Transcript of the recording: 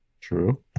true